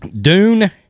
Dune